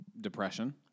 depression